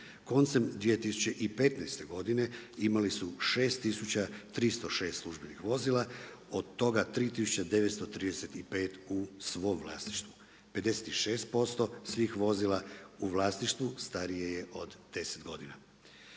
Koncem 2015. godine imali su 6306 službenih vozila od toga 3935 u svom vlasništvu, 56% svih vozila u vlasništvu starije je od deset godina.